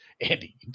Andy